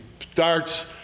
starts